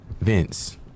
Vince